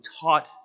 taught